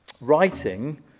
Writing